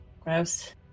Gross